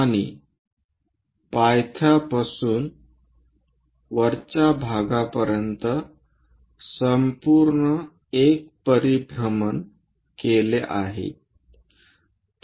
आणि पायथ्यापासून वरच्या भागापर्यंत संपूर्णपणे एक परिभ्रमण केले आहे